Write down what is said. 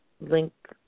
link